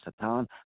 Satan